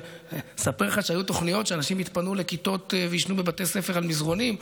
אספר לך שהיו תוכניות שאנשים יתפנו לכיתות ויישנו בבתי ספר על מזרנים,